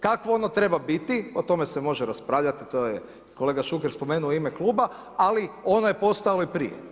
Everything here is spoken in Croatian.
Kakvo ono treba biti, o tome se može raspravljat i to je kolega Šuker spomenuo u ime kluba, ali ono je postojalo i prije.